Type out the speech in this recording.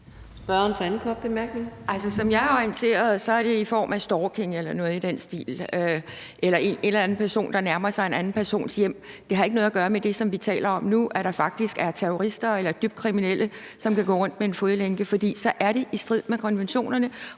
vidt jeg er orienteret, er det i forbindelse med stalking eller noget i den stil eller en eller anden person, der nærmer sig en anden persons hjem. Det har ikke noget at gøre med det, som vi taler om nu, altså at der faktisk er terrorister eller andre dybt kriminelle, som kan gå rundt med en fodlænke. For så er det i strid med konventionerne